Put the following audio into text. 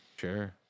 Sure